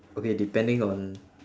okay depending on